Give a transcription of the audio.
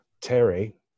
Terry